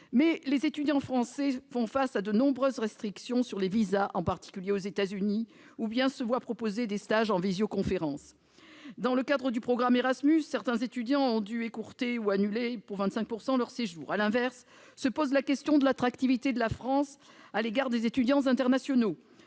mais les étudiants français font face à de nombreuses restrictions en matière de visas, en particulier aux États-Unis, ou bien se voient proposer des stages en visioconférence. Dans le cadre du programme Erasmus, certains étudiants ont dû écourter, ou annuler pour 25 % d'entre eux, leur séjour. À l'inverse se pose la question de l'attractivité de la France à l'égard des étudiants internationaux.